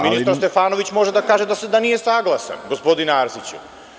Ministar Stefanović može da kaže da nije saglasan, gospodine Arsiću.